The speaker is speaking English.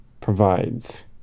provides